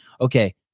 Okay